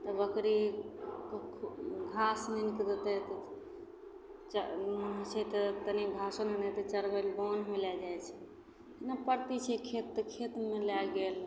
तऽ बकरी घास आनिके देतै तऽ च मोन होइ छै तऽ तनि घासो लेने अएतै चरबै ले तऽ वनमे लै जाइ छै परती छै खेत तऽ खेतमे लै गेल